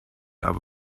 aber